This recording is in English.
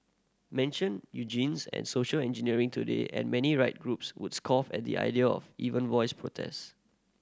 mention and social engineering today and many right groups would scoff at the idea of even voice protest